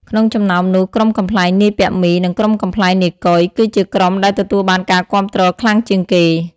ក្នុងចំណោមនោះ ក្រុមកំប្លែងនាយពាក់មី និងក្រុមកំប្លែងនាយកុយ គឺជាក្រុមដែលទទួលបានការគាំទ្រខ្លាំងជាងគេ។